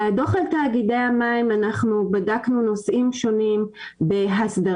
בדוח על תאגידי המים אנחנו בדקנו נושאים שונים בהסדרה,